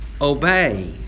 obey